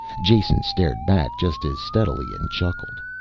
jason stared back just as steadily and chuckled.